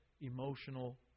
emotional